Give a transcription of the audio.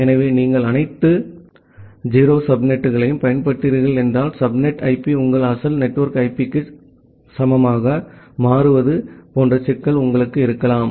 எனவே நீங்கள் அனைத்து 0 சப்நெட்டுகளையும் பயன்படுத்துகிறீர்கள் என்றால் சப்நெட் ஐபி உங்கள் அசல் நெட்வொர்க் ஐபிக்கு அசலுக்கு சமமாக மாறுவது போன்ற சிக்கல் உங்களுக்கு இருக்கலாம்